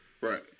Right